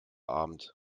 abend